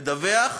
לדווח